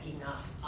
enough